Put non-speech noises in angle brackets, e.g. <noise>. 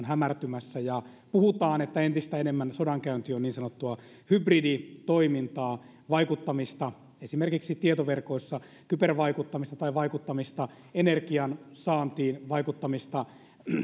<unintelligible> hämärtymässä ja puhutaan että entistä enemmän sodankäynti on niin sanottua hybriditoimintaa vaikuttamista esimerkiksi tietoverkoissa kybervaikuttamista tai vaikuttamista energiansaantiin vaikuttamista